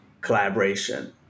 collaboration